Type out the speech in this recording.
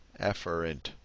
Efferent